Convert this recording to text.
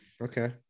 okay